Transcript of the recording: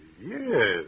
yes